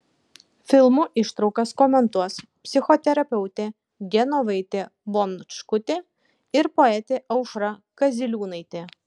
filmų ištraukas komentuos psichoterapeutė genovaitė bončkutė ir poetė aušra kaziliūnaitė